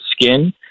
skin